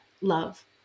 love